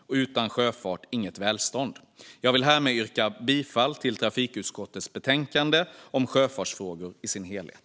Utan sjöfart - inget välstånd. Jag vill härmed yrka bifall till förslaget i trafikutskottets betänkande om sjöfartsfrågor i dess helhet.